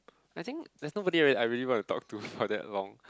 I think there's nobody I really want to talk to for that long